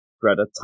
Greta